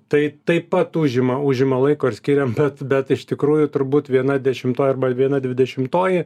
tai taip pat užima užima laiko ir skiriam bet bet iš tikrųjų turbūt viena dešimtoji arba viena dvidešimtoji